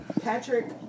Patrick